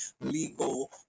legal